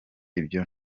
ibyo